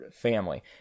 family